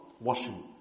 washing